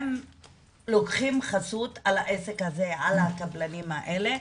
הם עכשיו כאילו לוקחים חסות על העסק הזה ועל הקבלנים האלה,